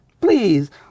Please